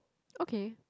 okay